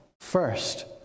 first